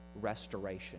restoration